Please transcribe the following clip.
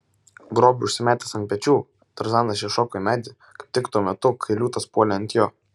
grobį užsimetęs ant pečių tarzanas įšoko į medį kaip tik tuo metu kai liūtas puolė ant jo